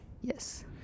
Yes